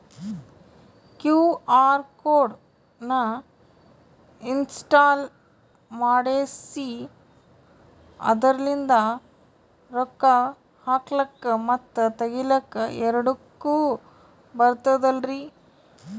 QR code ನ install ಮಾಡೆಸಿ ಅದರ್ಲಿಂದ ರೊಕ್ಕ ಹಾಕ್ಲಕ್ಕ ಮತ್ತ ತಗಿಲಕ ಎರಡುಕ್ಕು ಬರ್ತದಲ್ರಿ?